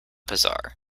bizarre